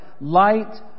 Light